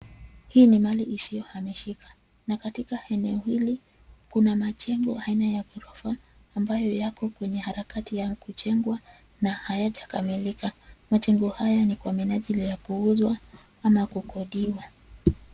Hii ni mali isiyo hamishika na katika eneo hili kuna majengo aina ya ghorofa ambayo yako kwenye harakati ya kujengwa na hayajakamilika. Majengo haya ni kwa minali ya kuuzwa ama kukodiwa.